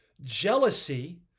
jealousy